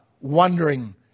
wondering